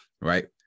right